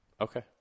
okay